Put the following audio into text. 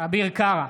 אביר קארה,